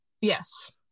Yes